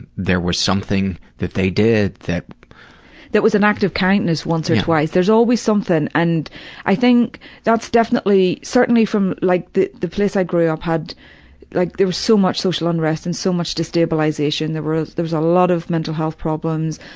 there was something that they did that mo that was an act of kindness once or twice. there's always something, and i think that's definitely, certainly from, like, the the place i grew up had like, there was so much social unrest and so much destabilization that were ah there was a lot of mental health problems,